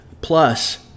Plus